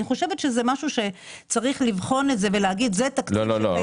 אני חושבת שזה משהו שצריך לבחון את זה ולהגיד שזה תקציב שקיים.